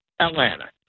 Atlanta